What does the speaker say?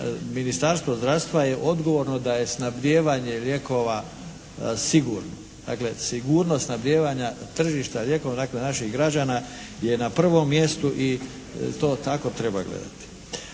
Ministarstvo zdravstva je odgovorno da je snabdijevanje lijekova sigurno. Dakle sigurnost snabdijevanja tržišta lijekova dakle naših građana je na prvom mjestu i to tako treba gledati.